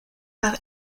par